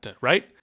Right